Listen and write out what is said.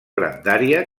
grandària